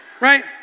right